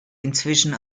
inzwischen